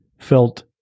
felt